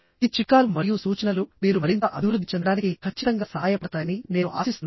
ఈ చిట్కాలు మరియు సూచనలు మీరు మరింత అభివృద్ధి చెందడానికి ఖచ్చితంగా సహాయపడతాయని నేను ఆశిస్తున్నాను